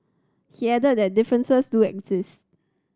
he added that differences do exist